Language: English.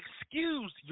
excuse